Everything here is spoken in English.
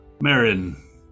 Marin